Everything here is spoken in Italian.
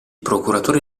procuratore